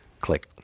Click